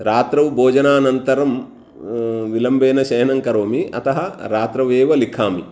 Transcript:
रात्रौ भोजनानन्तरं विलम्बेन शयनं करोमि अतः रात्रौ एव लिखामि